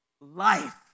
life